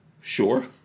Sure